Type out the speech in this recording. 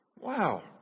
wow